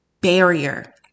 barrier